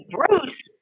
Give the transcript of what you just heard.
Bruce